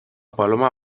paloma